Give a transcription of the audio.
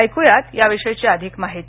ऐकू या याविषयी अधिक माहिती